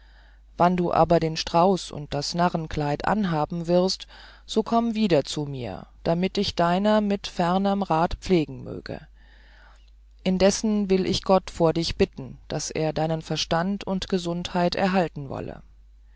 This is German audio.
wann du aber den strauß und das narrenkleid anhaben wirst so komm wieder zu mir damit ich deiner mit fernerm rat pflegen möge indessen will ich gott vor dich bitten daß er deinen verstand und gesundheit erhalten wolle